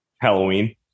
Halloween